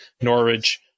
Norwich